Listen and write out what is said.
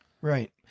Right